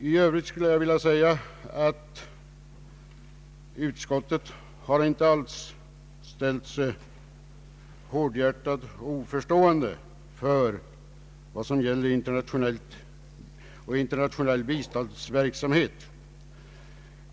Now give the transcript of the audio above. Man har inom utskottet inte alls varit hårdhjärtad och oförstående till vad som gäller internationell biståndsverksamhet.